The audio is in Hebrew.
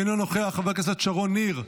אינו נוכח, חברת הכנסת שרון ניר,